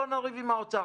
לא נריב עם האוצר,